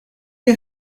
you